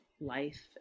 life